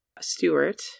stewart